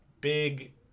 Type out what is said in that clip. big